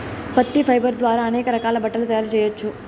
పత్తి ఫైబర్ ద్వారా అనేక రకాల బట్టలు తయారు చేయచ్చు